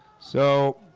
so